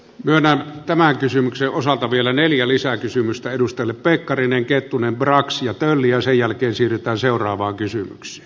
myönnän tämän kysymyksen osalta vielä neljä lisää kysymystä edustanut pekkarinen kettunen brax ja rollia sen jälkeen siirrytään arvoisa puhemies